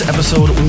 Episode